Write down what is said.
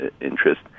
interest